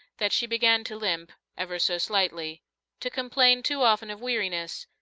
that she began to limp, ever so slightly to complain too often of weariness,